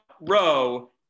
row